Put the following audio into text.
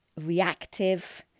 reactive